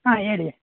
ಹಾಂ ಹೇಳಿ